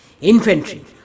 Infantry